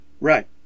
Right